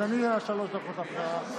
אז אני אהיה שלוש דקות אחריהם.